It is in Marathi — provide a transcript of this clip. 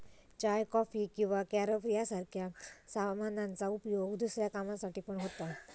चाय, कॉफी किंवा कॅरब सारख्या सामानांचा उपयोग दुसऱ्या कामांसाठी पण होता